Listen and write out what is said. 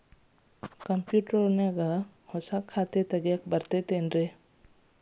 Computer ಮ್ಯಾಲೆ ಹೊಸಾ ಖಾತೆ ತಗ್ಯಾಕ್ ಬರತೈತಿ ಏನ್ರಿ?